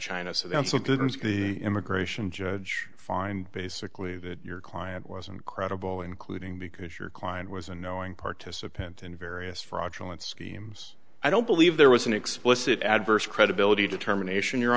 something the immigration judge find basically that your client wasn't credible including because your client was a knowing participant in various fraudulent schemes i don't believe there was an explicit adverse credibility determination your